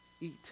eat